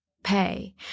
pay